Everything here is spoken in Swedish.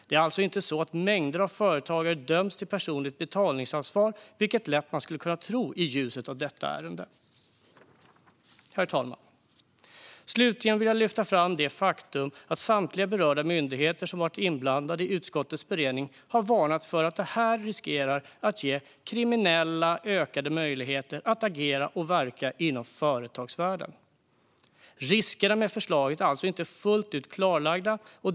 Det är alltså inte så att mängder av företagare döms till personligt betalningsansvar, vilket man lätt skulle kunna tro i ljuset av detta ärende. Herr talman! Slutligen vill jag lyfta fram det faktum att samtliga berörda myndigheter som har varit inblandade i utskottets beredning har varnat för att det här riskerar att ge kriminella personer ökade möjligheter att agera och verka inom företagsvärlden. Riskerna med förslaget är alltså inte fullt ut klarlagda.